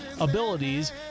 abilities